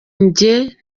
njye